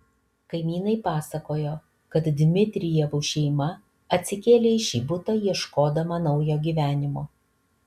kaimynai pasakojo kad dmitrijevų šeima atsikėlė į šį butą ieškodama naujo gyvenimo